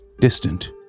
distant